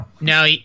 No